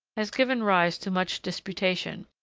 has given rise to much disputation,